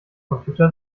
computer